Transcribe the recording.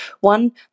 One